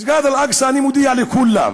מסגד אל-אקצא, אני מודיע לכולם,